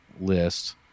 list